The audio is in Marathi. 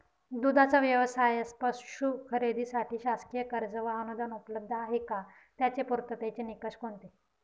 दूधाचा व्यवसायास पशू खरेदीसाठी शासकीय कर्ज व अनुदान उपलब्ध आहे का? त्याचे पूर्ततेचे निकष कोणते?